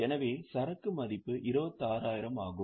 எனவே சரக்கு மதிப்பு 26000 ஆகும்